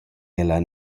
ella